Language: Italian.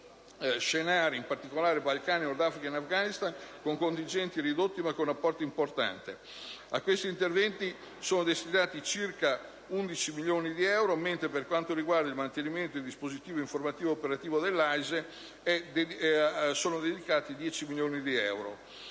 internazionali nei Balcani, in Nord Africa e in Afghanistan con contingenti ridotti, ma con un apporto importante. A questi interventi sono destinati circa 11 milioni di euro. Infine, alle attività di mantenimento del dispositivo informativo e operativo dell'AISE sono dedicati 10 milioni di euro.